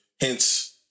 Hence